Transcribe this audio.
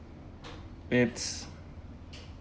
it's